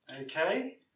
Okay